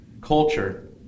culture